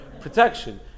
protection